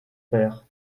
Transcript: père